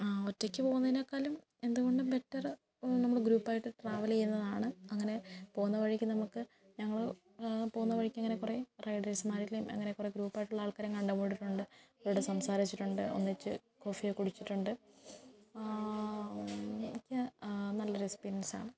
ആ ഒറ്റയ്ക്ക് പോകുന്നതിനേക്കാലും എന്തുകൊണ്ടും ബെറ്ററ് നമ്മള് ഗ്രൂപ്പായിട്ട് ട്രാവല് ചെയ്യുന്നതാണ് അങ്ങനെ പോകുന്ന വഴിക്ക് നമുക്ക് ഞങ്ങള് പോകുന്ന വഴിക്ക് അങ്ങനെ കുറെ റൈഡേഴ്സുമാരേയും അങ്ങനെ കുറെ ഗ്രൂപ്പായിട്ടുള്ള ആൾക്കാരേയും കണ്ട് മുട്ടിയിട്ടുണ്ട് കൂടെ സംസാരിച്ചിട്ടുണ്ട് ഒന്നിച്ച് കോഫിയൊക്കെ കുടിച്ചിട്ടിട്ടുണ്ട് എനിക്ക് നല്ലൊരു എക്സ്പീരിയൻസ് ആണ്